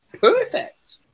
perfect